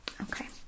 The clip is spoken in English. Okay